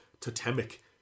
totemic